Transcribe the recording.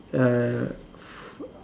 err